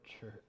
church